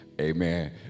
Amen